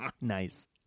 nice